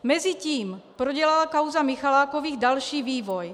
Mezitím prodělala kauza Michalákových další vývoj.